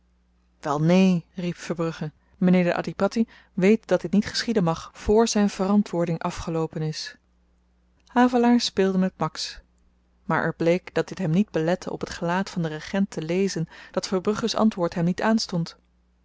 wel neen riep verbrugge mynheer de adhipatti weet dat dit niet geschieden mag voor zyn verantwoording afgeloopen is havelaar speelde met max maar er bleek dat dit hem niet belette op t gelaat van den regent te lezen dat verbrugge's antwoord hem niet aanstond